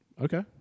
Okay